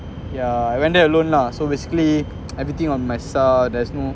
yeah I went there alone lah so basically everything on my side there's no